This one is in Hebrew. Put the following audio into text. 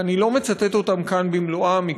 שאני לא מצטט אותם כאן במלואם,